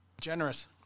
Generous